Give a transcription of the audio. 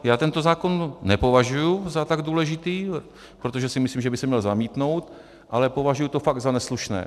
Já tento zákon nepovažuji za tak důležitý, protože si myslím, že by se měl zamítnout, ale považuji to fakt za neslušné.